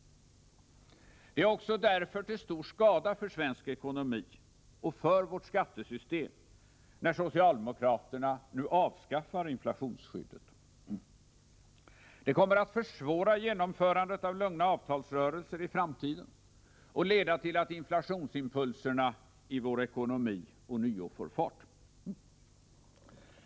Det är också därför till stor skada för svensk ekonomi och för vårt skattesystem när socialdemokraterna nu avskaffar inflationsskyddet. Det kommer att försvåra genomförandet av lugna avtalsrörelser i framtiden och leda till att inflationsimpulserna i vår ekonomi ånyo får fart.